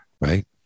right